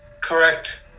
Correct